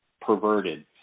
perverted